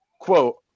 quote